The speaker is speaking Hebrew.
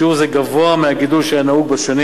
השיעור הזה גבוה מהגידול שהיה נהוג בשנים